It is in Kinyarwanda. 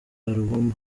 alubumu